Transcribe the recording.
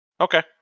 okay